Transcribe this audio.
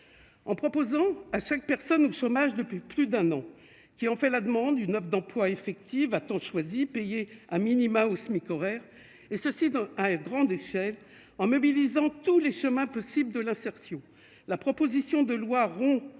en proposant à 5 personnes au chômage depuis plus d'un an, qui ont fait la demande du 9 d'emploi effective à temps choisis payés à minima au SMIC horaire et ceci donc à grande échelle en mobilisant tous les schémas possibles de l'insertion, la proposition de loi rompt